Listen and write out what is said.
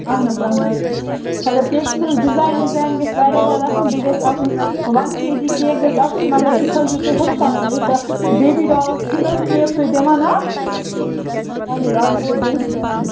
اہَن حظ اہَن حظ مگر کیکٕس حظ ڈِزایِن وِزایِن گژھِ واریاہ زیادٕ اَصٕل بیٚیہِ گژھِ آسُن وَن کے جی کیک گژھِ آسُن مگر یہِ تھٲوِزیٚو تُہۍ یِتھٕ کٔنۍ یوٗتاہ بیٚبی ڈال چھِنہٕ حظ شیپ تُہۍ دِوان اَتھ اہَن حظ اتھ دِیٖزیٚو بیٚبی ڈال اچھا